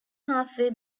halfway